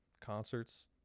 Concerts